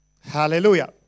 Hallelujah